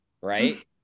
Right